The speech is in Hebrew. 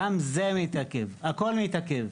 גם זה מתעכב, הכל מתעכב,